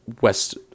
West